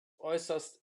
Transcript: äußerst